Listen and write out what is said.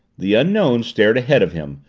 the unknown stared ahead of him,